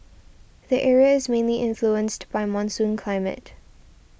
the area is mainly influenced by monsoon climate